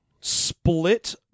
split